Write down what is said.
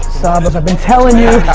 saba, i've been telling you.